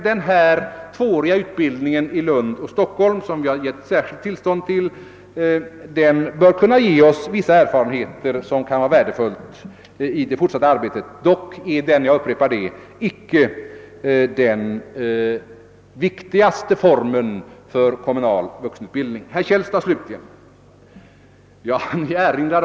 Den tvååriga utbildningen i Lund och Stockholm som vi har gett särskilt tillstånd till bör dock kunna ge oss vissa erfarenheter som kan vara värdefulla i det fortsatta arbetet, Men den är inte den viktigaste formen för kommunal vuxenutbildning. Jag upprepar det. Så några ord till herr Källstad.